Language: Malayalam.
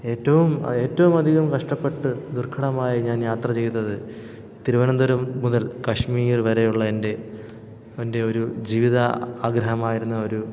ഏറ്റവും ഏറ്റവുമധികം കഷ്ടപ്പെട്ട് ദുർഘടമായി ഞാൻ യാത്ര ചെയ്തത് തിരുവനന്തപുരം മുതൽ കാശ്മീർ വരെയുള്ള എൻ്റെ എൻ്റെ ഒരു ജീവിത ആഗ്രഹമായിരുന്ന ഒരു